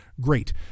great